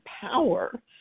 power